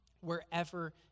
wherever